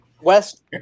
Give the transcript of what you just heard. West